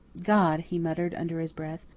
god, he muttered under his breath,